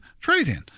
trade-in